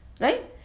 Right